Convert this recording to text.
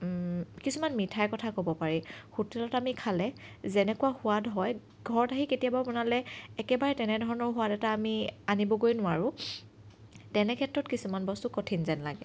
কিছুমান মিঠাইৰ কথা ক'ব পাৰি হোটলত আমি খালে যেনেকুৱা সোৱাদ হয় ঘৰত আহি কেতিয়াবা বনালে একেবাৰে তেনেধৰণৰ সোৱাদ এটা আমি আনিবগৈ নোৱাৰোঁ তেনে ক্ষেত্ৰত কিছুমান বস্তু কঠিন যেন লাগে